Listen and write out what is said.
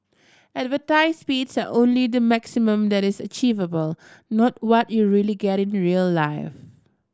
advertised speeds are only the maximum that is achievable not what you really get in real life